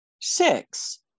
Six